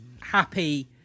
happy